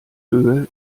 höhe